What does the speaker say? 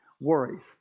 worries